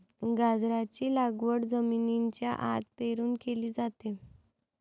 गाजराची लागवड जमिनीच्या आत पेरून केली जाते